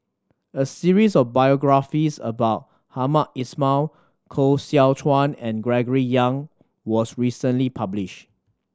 a series of biographies about Hamed Ismail Koh Seow Chuan and Gregory Yong was recently publish